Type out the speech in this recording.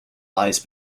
lies